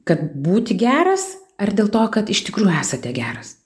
kad būti geras ar dėl to kad iš tikrųjų esate geras